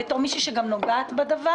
גם בתור מי שנוגעת בדבר,